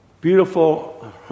Beautiful